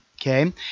Okay